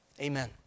Amen